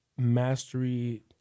mastery